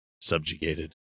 subjugated